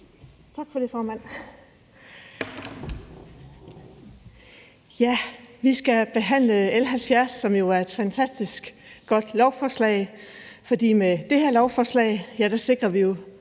Tak for det, formand. Vi skal behandle L 70, som jo er et fantastisk godt lovforslag, for med det her lovforslag sikrer vi